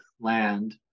land